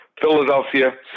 Philadelphia